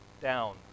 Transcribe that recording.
down